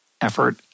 effort